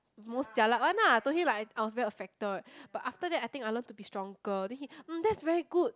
most jialat one ah I told him like I was very affected but after that I think I learnt to be stronger then he mm that's very good